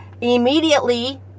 immediately